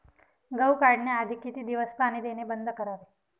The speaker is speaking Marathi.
गहू काढण्याआधी किती दिवस पाणी देणे बंद करावे?